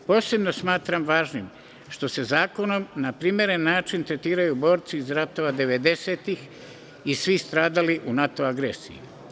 Posebno smatram važnim što se zakonom na primeren način tretiraju borci iz ratova 90-tih i svi stradali u NATO agresiji.